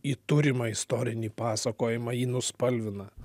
į turimą istorinį pasakojimą jį nuspalvina